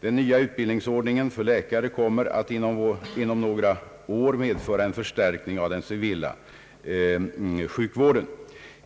Den nya utbildningsordningen för läkare kommer att inom några år medföra en förstärkning av den civila sjukvården.